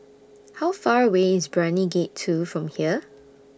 How Far away IS Brani Gate two from here